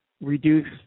reduce